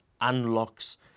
unlocks